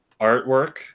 artwork